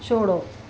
छोड़ो